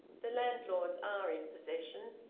the landlords are in possession.